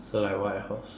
so like what else